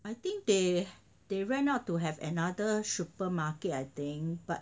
I think they they rent out to have another supermarket I think but